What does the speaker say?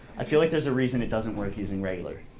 i feel like there's a reason it doesn't work using regular.